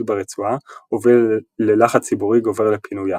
ברצועה הוביל ללחץ ציבורי גובר לפינויה.